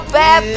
bad